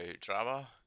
drama